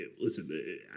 listen